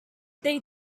they